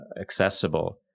accessible